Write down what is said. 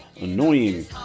annoying